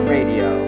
Radio